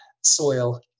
soil